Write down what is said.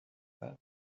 that